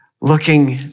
looking